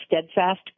steadfast